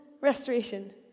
restoration